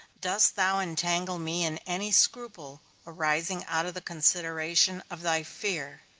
dost thou unentangle me in any scruple arising out of the consideration of thy fear!